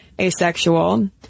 asexual